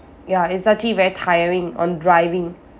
ya it's actually very tiring um driving